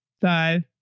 five